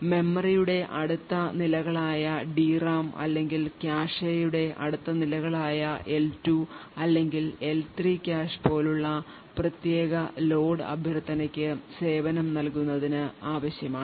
മെമ്മറിയുടെ അടുത്ത നിലകളായ DRAM അല്ലെങ്കിൽ കാഷെയുടെ അടുത്ത നിലകളായ എൽ 2 അല്ലെങ്കിൽ എൽ 3 കാഷെ പോലുള്ള പ്രത്യേക ലോഡ് അഭ്യർത്ഥനയ്ക്ക് സേവനം നൽകുന്നതിന് ആവശ്യമാണ്